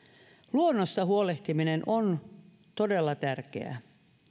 luonnosta huolehtiminen on todella tärkeää